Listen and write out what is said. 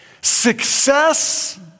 Success